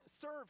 serve